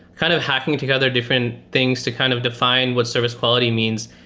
kind of hacking together different things to kind of define what service quality means.